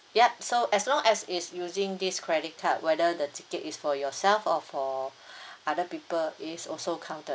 yup so as long as is using this credit card whether the ticket is for yourself or for other people is also counted